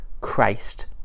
Christ